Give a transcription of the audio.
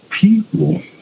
people